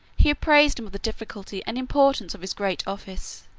he apprised him of the difficulty and importance of his great office.